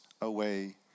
away